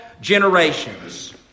generations